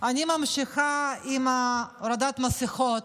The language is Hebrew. אני ממשיכה עם הורדת המסכות